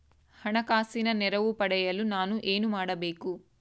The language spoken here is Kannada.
ಹಣಕಾಸಿನ ನೆರವು ಪಡೆಯಲು ನಾನು ಏನು ಮಾಡಬೇಕು?